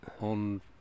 on